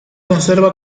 conserva